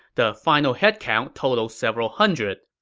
the final headcount totaled several hundred.